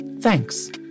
thanks